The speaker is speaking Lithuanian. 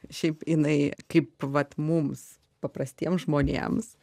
šiaip jinai kaip vat mums paprastiems žmonėms